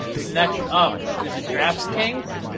next up, is it draftkings?